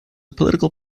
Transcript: political